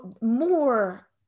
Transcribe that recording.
more